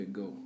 go